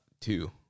two